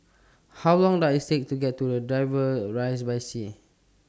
How Long Does IT Take to get to Dover Rise By Taxi